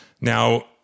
Now